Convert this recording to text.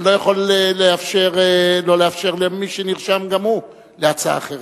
אני לא יכול לא לאפשר למי שנרשם גם הוא להצעה אחרת.